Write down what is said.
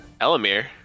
Elamir